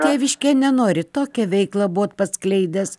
tėviškėje nenorit tokią veiklą buvot paskleidęs